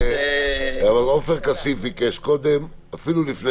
אבל עופר כסיף ביקש קודם, אפילו לפני